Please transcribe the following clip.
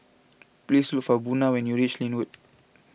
please look for Buna when you reach Lynwood